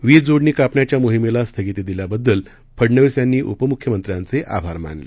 वीज जोडणी कापण्याच्या मोहिमेला स्थगिती दिल्याबद्दल फडनवीस यांनी उपमुख्यमंत्र्यांचे आभार मानले